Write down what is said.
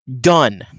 done